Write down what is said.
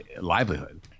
livelihood